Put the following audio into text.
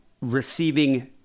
receiving